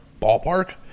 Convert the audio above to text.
ballpark